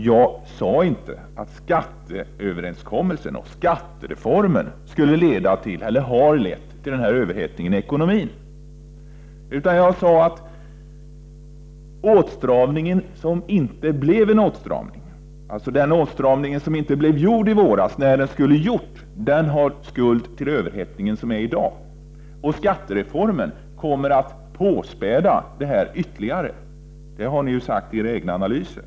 Jag sade inte att skatteöverenskommelsen och skattereformen skulle leda till eller har lett till överhettningen i ekonomin, utan att anledningen till dagens överhettning är att det inte gjordes en åtstramning i våras, när en sådan skulle ha satts in. Dessutom kommer skattereformen att späda på överhettningen ytterligare — det har ni ju sagt i era egna analyser.